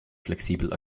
flexibel